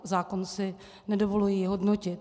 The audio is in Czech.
Zákon si nedovoluji hodnotit.